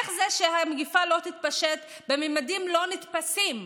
איך המגפה לא תתפשט בממדים לא נתפסים?